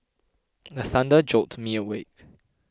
the thunder jolt me awake